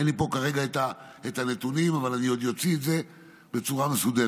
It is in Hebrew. אין לי פה כרגע את הנתונים אבל אני עוד אוציא את זה בצורה מסודרת.